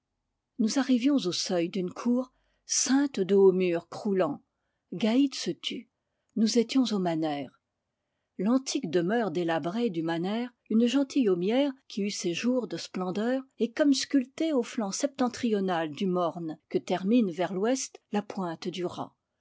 nous arrivions au seuil d'une cour ceinte de hauts murs croulants gaïd se tut nous étions au manêr l'antique demeure délabrée du manêr une gentilhom mière qui eut ses jours de splendeur est comme sculptée au flanc septentrional du morne que termine vers l'ouest la pointe